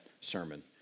sermon